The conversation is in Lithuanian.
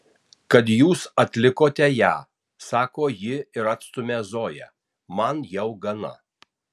kad jūs atlikote ją sako ji ir atstumia zoją man jau gana